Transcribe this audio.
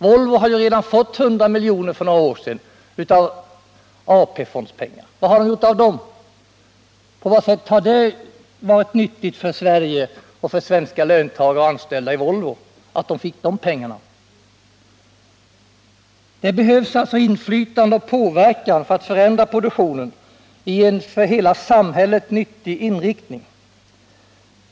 Volvo har ju redan för några år sedan fått 100 milj.kr. av AP-fondsmedel. Var har man gjort av dem? På vad sätt har det varit nyttigt för Sverige, för svenska löntagare och för de anställda i Volvo att man fick de pengarna? Det behövs alltså inflytande och påverkan för att ge produktionen en förändrad, för hela samhället nyttig inriktning.